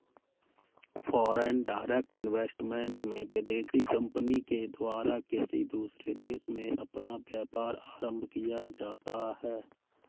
foreign direct investment में विदेशी company के द्वारा किसी दूसरे देश में अपना व्यापार आरंभ किया जाता है